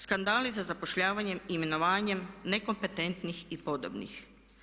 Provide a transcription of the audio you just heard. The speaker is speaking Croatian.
Skandali za zapošljavanjem, imenovanjem nekompetentnih i podobnih.